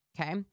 Okay